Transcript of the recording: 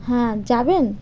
হ্যাঁ যাবেন